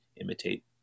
imitate